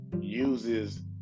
uses